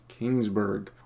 Kingsburg